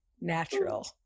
natural